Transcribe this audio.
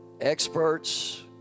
experts